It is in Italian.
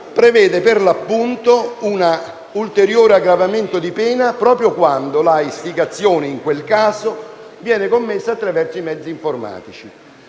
prevede, per l'appunto, un ulteriore aggravamento di pena proprio quando l'istigazione (in quel caso) viene commessa attraverso i mezzi informatici.